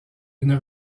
une